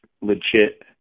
legit